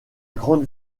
grande